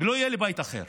ולא יהיה לי בית אחר.